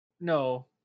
No